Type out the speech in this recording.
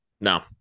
no